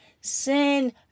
sin